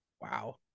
Wow